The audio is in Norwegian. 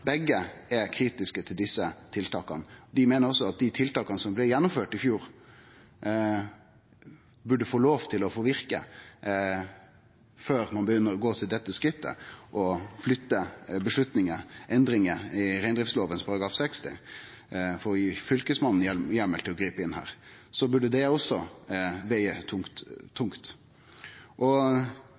er kritiske til desse tiltaka, burde det også vege tungt. Dei meiner også at dei tiltaka som blei gjennomførte i fjor, burde få lov til å verke før ein går til det skrittet å gjere endringar i reindriftslova § 60, for å gi Fylkesmannen heimel til å gripe inn. Eg stiller meg eigentleg spørjande til at det berre er SV som inntar dette standpunktet. Vi vil vente og